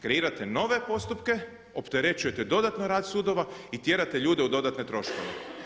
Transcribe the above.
Kreirate nove postupke, opterećujete dodatno rad sudova i tjerate ljude u dodatne troškove.